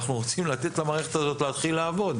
אנחנו רוצים לתת למערכת הזאת להתחיל לעבוד.